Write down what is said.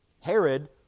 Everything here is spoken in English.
Herod